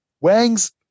Wangs